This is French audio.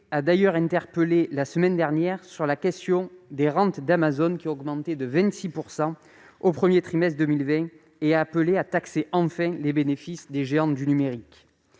a d'ailleurs interpellé le Gouvernement, la semaine dernière, sur la question des rentes d'Amazon, qui ont augmenté de 26 % au premier trimestre 2020. Il a appelé à taxer, enfin, les bénéfices des géants du numérique